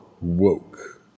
woke